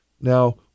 Now